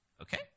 Okay